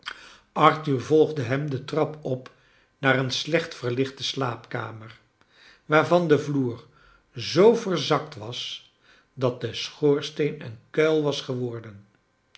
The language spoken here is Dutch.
arthur volgde hem de trap op naar een slecht verlichte slaapkamer waarvan de vloer zoo verzakt was dat de schoorsteen een kuil was geworden